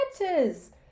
matches